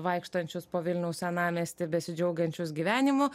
vaikštančius po vilniaus senamiestį besidžiaugiančius gyvenimu